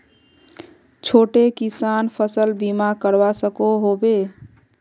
छोटो किसान फसल बीमा करवा सकोहो होबे?